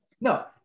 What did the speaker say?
no